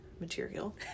material